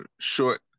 short